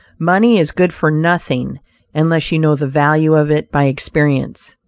money is good for nothing unless you know the value of it by experience.